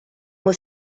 were